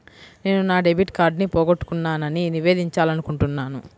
నేను నా డెబిట్ కార్డ్ని పోగొట్టుకున్నాని నివేదించాలనుకుంటున్నాను